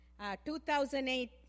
2008